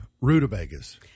rutabagas